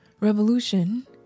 Revolution